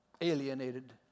alienated